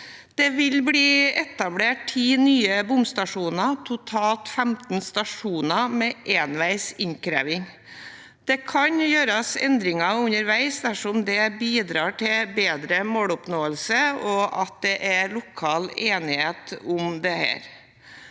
Det vil bli etablert ti nye bomstasjoner, totalt 15 stasjoner med enveis innkreving. Det kan gjøres endringer underveis dersom det bidrar til bedre måloppnåelse og det er lokal enighet om dette.